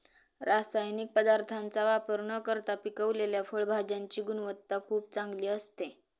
रासायनिक पदार्थांचा वापर न करता पिकवलेल्या फळभाज्यांची गुणवत्ता खूप चांगली असते